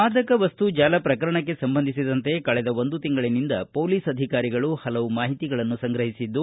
ಮಾದಕವಸ್ತು ಜಾಲ ಪ್ರಕರಣಕ್ಕೆ ಸಂಬಂಧಿಸಿದಂತೆ ಕಳೆದ ಒಂದು ತಿಂಗಳನಿಂದ ಪೊಲೀಸ್ ಅಧಿಕಾರಿಗಳು ಹಲವು ಮಾಹಿತಿಗಳನ್ನು ಸಂಗ್ರಹಿಸಿದ್ದು